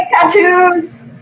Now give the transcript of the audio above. tattoos